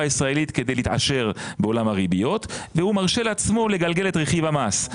הישראלית כדי להתעשר בעולם הריביות והוא מרשה לעצמו לגלגל את רכיב המס.